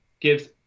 gives